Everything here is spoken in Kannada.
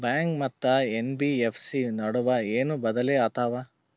ಬ್ಯಾಂಕು ಮತ್ತ ಎನ್.ಬಿ.ಎಫ್.ಸಿ ನಡುವ ಏನ ಬದಲಿ ಆತವ?